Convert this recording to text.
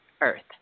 Earth